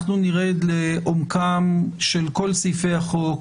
אנחנו נרד לעומקם של כל סעיפי החוק.